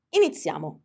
iniziamo